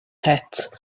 het